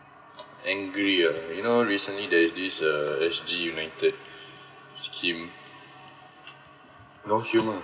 angry uh you know recently there's this uh S_G united scheme no humour